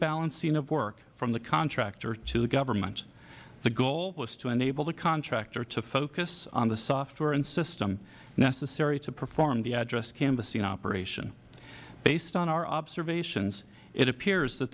balancing of work from the contractor to the government the goal was to enable the contractor to focus on the software system necessary to perform the address canvassing operation based on our observations it appears th